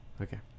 Okay